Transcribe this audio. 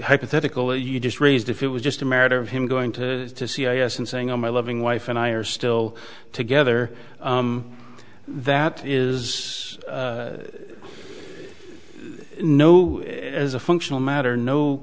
hypothetical you just raised if it was just a matter of him going to the c i s and saying oh my loving wife and i are still together that is no as a functional matter no